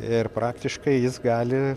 ir praktiškai jis gali